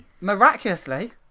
miraculously